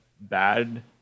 bad